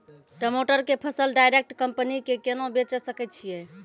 टमाटर के फसल डायरेक्ट कंपनी के केना बेचे सकय छियै?